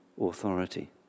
authority